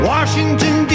Washington